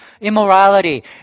immorality